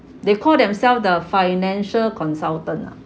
they call themselves the financial consultant ah